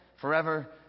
forever